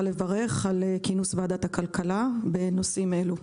לברך על כינוס ועדת הכלכלה בנושאים אלה.